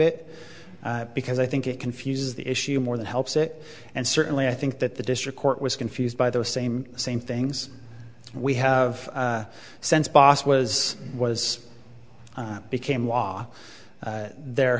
it because i think it confuses the issue more than helps it and certainly i think that the district court was confused by those same the same things we have a sense boss was was became law there